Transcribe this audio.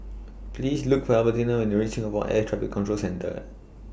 Please Look For Albertina when YOU REACH Singapore Air Traffic Control Centre